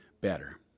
better